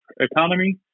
economy